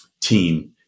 team